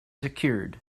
secured